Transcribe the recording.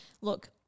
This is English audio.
look